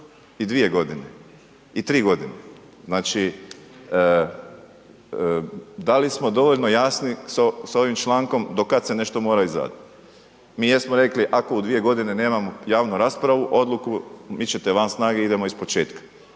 i dvije godine i tri godine. Znači, da li smo dovoljno jasni s ovim člankom do kad se nešto mora izradit? Mi jesmo rekli ako u dvije godine nemamo javnu raspravu, odluku, bit ćete van snage, idemo ispočetka,